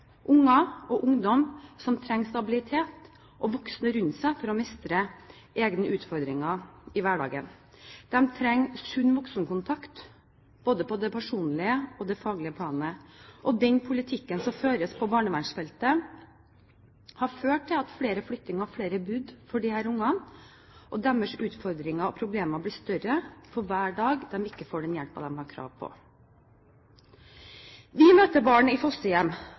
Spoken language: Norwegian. og ungdom som trenger stabilitet, og voksne rundt seg, for å mestre egne utfordringer i hverdagen. De trenger sunn voksenkontakt på både det personlige og det faglige planet. Den politikken som føres på barnevernsfeltet, har ført til flere flyttinger og flere brudd for disse ungene, og deres utfordringer og problemer blir større for hver dag de ikke får den hjelpen de har krav på. Vi møter barn i fosterhjem